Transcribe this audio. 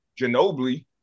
Ginobili